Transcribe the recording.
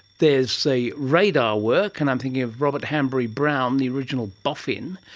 there's the radar works, and i'm thinking of robert hanbury brown, the original boffin,